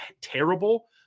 terrible